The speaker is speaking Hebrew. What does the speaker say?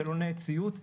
שאלוני ציוד,